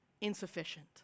insufficient